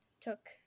took